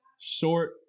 short